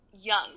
young